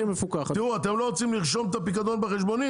אתם לא רוצים לרשום את הפיקדון בחשבונית,